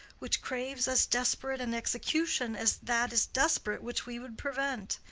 which craves as desperate an execution as that is desperate which we would prevent.